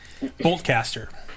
Boltcaster